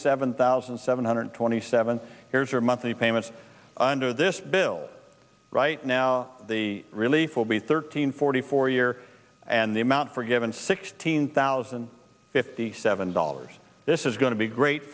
seven thousand seven hundred twenty seven years are monthly payments under this bill right now the relief will be thirteen forty four year and the amount forgiven sixteen thousand and fifty seven dollars this is going to be great